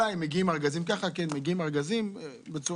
עוד חצי שנה זה יהיה אחד ככה אתם מעודדים אנשים לפרוש.